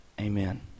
Amen